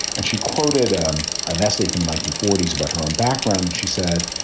and she quoted an essay from the nineteen forty s about her own background and she said,